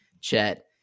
Chet